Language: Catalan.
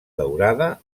daurada